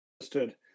Understood